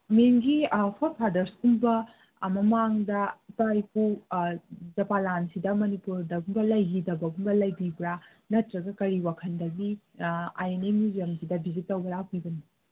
ꯃꯦꯝꯒꯤ ꯐꯣꯔꯐꯥꯗꯔꯁ ꯀꯨꯝꯕ ꯃꯃꯥꯡꯗ ꯏꯄꯥ ꯏꯄꯨ ꯖꯄꯥꯟ ꯂꯥꯟꯁꯤꯗ ꯃꯅꯤꯄꯨꯔꯗꯒꯨꯝꯕ ꯂꯩꯈꯤꯗꯕꯒꯨꯝꯕ ꯂꯩꯕꯤꯕ꯭ꯔꯥ ꯅꯠꯇ꯭ꯔꯒ ꯀꯔꯤ ꯋꯥꯈꯜꯗꯒꯤ ꯑꯥꯏ ꯑꯦꯟ ꯑꯦ ꯃ꯭ꯌꯨꯖꯝ ꯁꯤꯗ ꯕꯤꯖꯤꯠ ꯇꯧꯕ ꯂꯥꯛꯄꯤꯕꯅꯣ